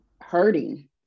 hurting